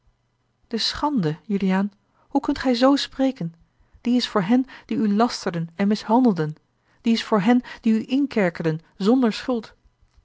de schande juliaan hoe kunt gij z spreken die is voor hen die u lasterden en mishandelden die is voor hen die u inkerkerden zonder schuld